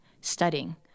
studying